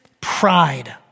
pride